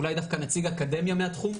אולי דווקא נציג אקדמיה מהתחום,